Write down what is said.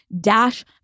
Dash